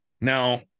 Now